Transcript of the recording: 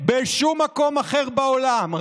בשום מקום אחר בעולם.